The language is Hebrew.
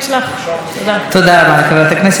תודה רבה לחברת הכנסת מירב בן ארי.